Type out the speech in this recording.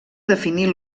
definir